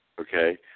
okay